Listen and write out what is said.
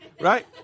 right